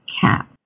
cat